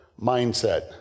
mindset